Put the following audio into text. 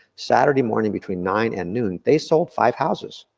saturday morning between nine and noon, they sold five houses.